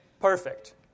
Perfect